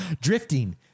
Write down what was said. Drifting